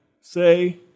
Say